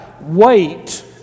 wait